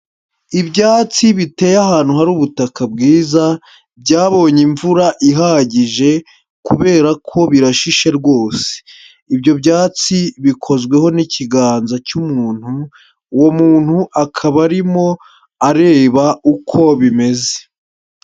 Ibyatsi biteye ahantu hari ubutaka bwiza, byabonye imvura ihagije, kubera ko birashishe rwose, ibyo byatsi bikozweho n'ikiganza cy'umuntu, uwo muntu akaba arimo areba uko bimeze.